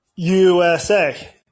USA